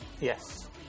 Yes